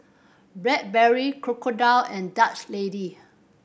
Blackberry Crocodile and Dutch Lady